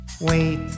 Wait